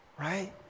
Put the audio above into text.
right